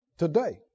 Today